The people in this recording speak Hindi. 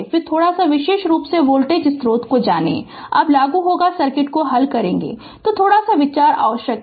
तो थोड़ा सा विशेष रूप से वोल्टेज स्रोत को जानें कब लागू होगा सर्किट को हल करेगे थोड़ा सा विचार आवश्यक है